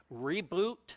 Reboot